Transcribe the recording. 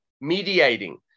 mediating